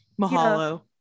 Mahalo